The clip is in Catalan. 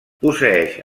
posseeix